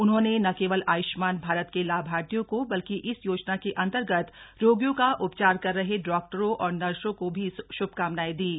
उन्होंने न केवल आयुष्मान भारत के लाभार्थियों को बल्कि इस योजना के अंतर्गत रोगियों का उपचार कर रहे डॉक्टरों और नर्सों को भी शुभकामनाएं दीं